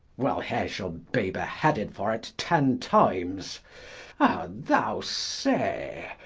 well, hee shall be beheaded for it ten times ah thou say,